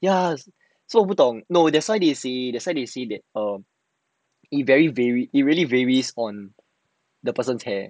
ya so 我不懂 no that's why they see that's why they see that err it vary vary it really varies a lot the person hair